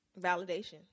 validation